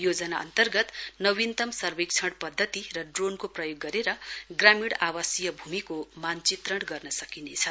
योजना अन्तर्गत नवीनतम सर्वेक्षण पद्धति र ड्रोनको प्रयोग गरेर ग्रामीण आवासीय भूमिको मानचित्रण गर्न सकिनेछ